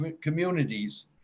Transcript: communities